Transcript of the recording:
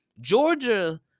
Georgia